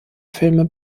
filme